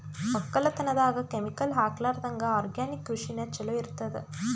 ಒಕ್ಕಲತನದಾಗ ಕೆಮಿಕಲ್ ಹಾಕಲಾರದಂಗ ಆರ್ಗ್ಯಾನಿಕ್ ಕೃಷಿನ ಚಲೋ ಇರತದ